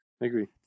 Agree